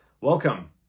welcome